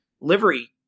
livery